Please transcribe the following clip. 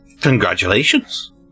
Congratulations